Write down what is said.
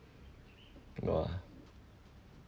!wah!